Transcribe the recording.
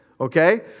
Okay